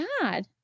god